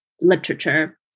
literature